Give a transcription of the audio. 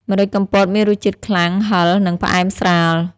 ម្រេចកំពតមានរសជាតិខ្លាំង ហឹរ និងផ្អែមស្រាល។